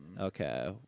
Okay